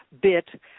bit